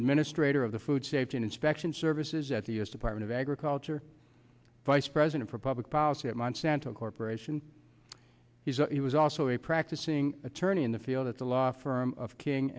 administrator of the food safety and inspection services at the u s department of agriculture vice president for public policy at monsanto corporation he's well it was also a practicing attorney in the field at the law firm of king